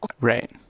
right